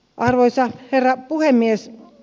arvoisa herra puhemies